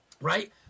right